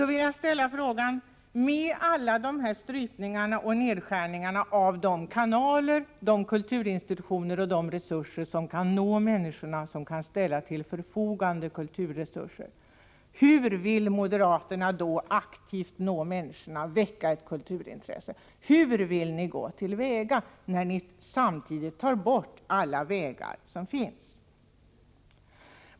Då vill jag ställa frågan: Efter de här strypningarna av alla kanaler på området — nedskärningen av kulturinstitutioner och resurser — via vilka man kan få kontakt med människorna och ställa till förfogande kulturella tillgångar, hur vill moderaterna då aktivt nå människorna och väcka ett kulturintresse? Hur vill ni gå till väga, när ni samtidigt tar bort alla möjligheter som finns?